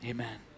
Amen